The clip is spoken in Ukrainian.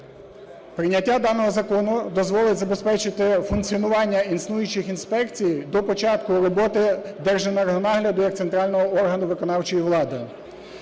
Прийняття даного закону дозволить забезпечити функціонування існуючих інспекцій до початку роботи Держенергонагляду як центрального органу виконавчої влади.